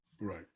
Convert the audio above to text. Right